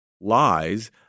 lies